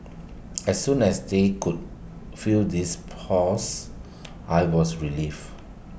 as soon as they could feel this pulse I was relieved